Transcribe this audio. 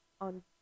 on